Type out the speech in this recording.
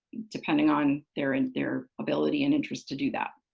depending on their and their ability and interest to do that.